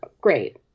great